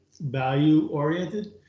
value-oriented